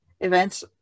events